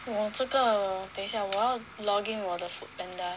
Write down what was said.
我这个等一下我要 log in 我的 Foodpanda